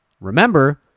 Remember